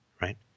right